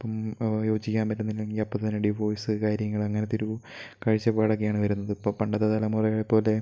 ഇപ്പം യോചിക്കാൻ പറ്റുന്നില്ലെങ്കിൽ അപ്പോൾ തന്നെ ഡിവോഴ്സ് കാര്യങ്ങള് അങ്ങനത്തെ ഒരു കാഴ്ചപ്പാടൊക്കെയാണ് വരുന്നത് ഇപ്പോൾ പണ്ടത്തെ തലമുറയെ പോലെ